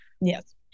Yes